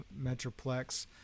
metroplex